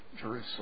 Jerusalem